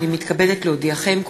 הנני מתכבדת להודיעכם,